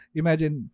imagine